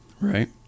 right